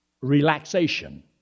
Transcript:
relaxation